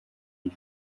iyi